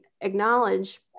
acknowledge